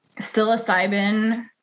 psilocybin